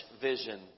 vision